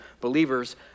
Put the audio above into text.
believers